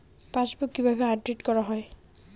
Passbook কিভাবে update করা হয়?